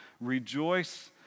rejoice